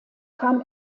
kam